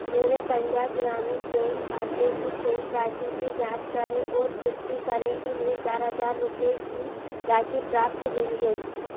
मेरे पंजाब ग्रामीण बैंक खाते की शेष राशि की जाँच करें और पुष्टि करें कि मुझे चार हज़ार रुपये की राशि प्राप्त हुई है